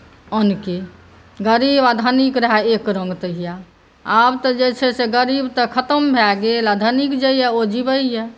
अन्नके गरीब आ धनीक रहए एक रङ्ग तहिआ आ आब तऽ जे छै से गरीब तऽ खतम भए गेल आ धनीक जे यए ओ जीबैए